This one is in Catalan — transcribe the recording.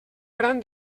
gran